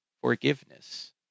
forgiveness